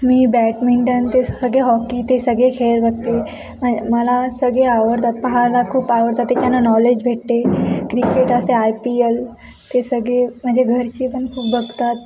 मी badminton ते सगळे hockey ते सगळे खेळ बघते म मला सगळे आवडतात पाहायला खूप आवडतात तेच्यानं नॉलेज भेटते क्रिकेट असते आय पी एल ते सगळे माझे घरचे पण खूप बघतात